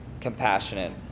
compassionate